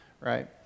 right